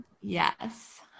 Yes